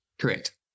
Correct